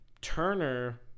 Turner